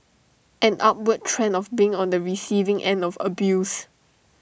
an upward trend of being on the receiving end of abuse